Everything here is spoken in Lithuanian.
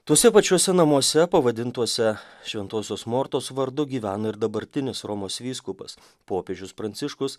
tuose pačiuose namuose pavadintuose šventosios mortos vardu gyveno ir dabartinis romos vyskupas popiežius pranciškus